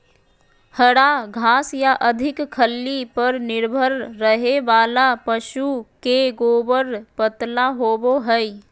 हरा घास या अधिक खल्ली पर निर्भर रहे वाला पशु के गोबर पतला होवो हइ